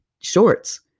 shorts